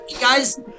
Guys